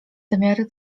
zamiary